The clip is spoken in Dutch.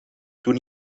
toen